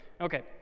Okay